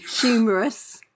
humorous